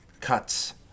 cuts